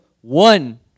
one